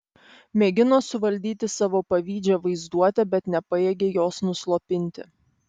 mėgino suvaldyti savo pavydžią vaizduotę bet nepajėgė jos nuslopinti